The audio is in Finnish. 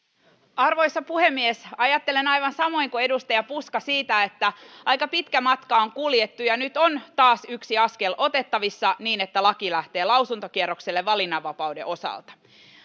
arvoisa puhemies ajattelen aivan samoin kuin edustaja puska siitä että aika pitkä matka on kuljettu ja nyt on taas yksi askel otettavissa niin että laki lähtee lausuntokierrokselle valinnanvapauden osalta